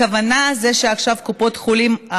הכוונה היא שעכשיו קופות החולים,